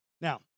Now